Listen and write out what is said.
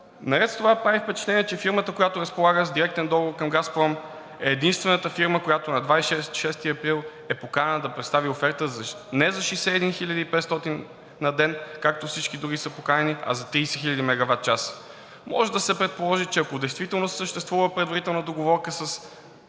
Наред с това прави впечатление, че фирмата, която разполага с директен договор към „Газпром“, е единствената фирма, която на 26 април е поканена да представи оферта не за 61 хил. и 500 на ден, както всички други са поканени, а за 30 хил. мегаватчаса. Може да се предположи, че ако действително съществува предварителна договорка с